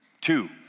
two